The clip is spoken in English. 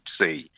say